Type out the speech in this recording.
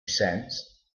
cents